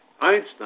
Einstein